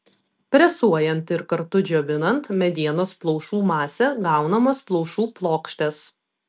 presuojant ir kartu džiovinant medienos plaušų masę gaunamos plaušų plokštės